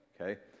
okay